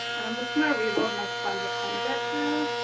and i'm just gonna reload my sponge a tiny bit here.